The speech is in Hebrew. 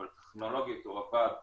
אבל טכנולוגית הוא עבד מצוין.